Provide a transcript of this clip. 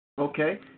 Okay